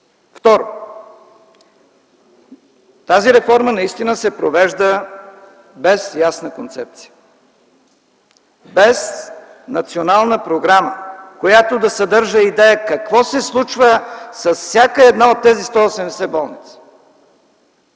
Второ, тази реформа наистина се провежда без ясна концепция, без национална програма, която да съдържа идея какво се случва с всяка една от тези 180 болници.